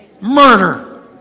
Murder